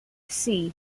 see